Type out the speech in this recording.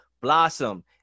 blossom